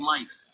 Life